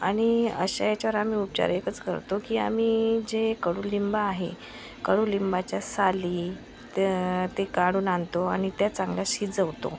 आणि अशा याच्यावर आम्ही उपचार एकच करतो की आम्ही जे कडूलिंब आहे कडूलिंबाच्या साली त्या ते काढून आणतो आणि त्या चांगल्या शिजवतो